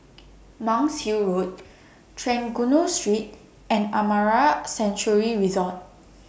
Monk's Hill Road Trengganu Street and Amara Sanctuary Resort